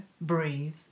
breathe